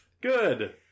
Good